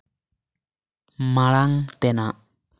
ᱢᱟᱲᱟᱝ ᱛᱮᱱᱟᱜ